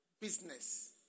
business